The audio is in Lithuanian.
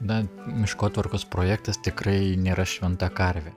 na miškotvarkos projektas tikrai nėra šventa karvė